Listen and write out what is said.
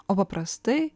o paprastai